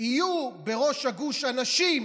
יהיו בראש הגוש אנשים